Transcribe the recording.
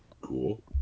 cool